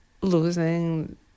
losing